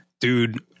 Dude